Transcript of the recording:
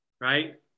Right